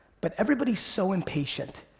but everybody's so impatient.